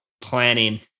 planning